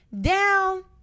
down